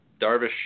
Darvish